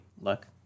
look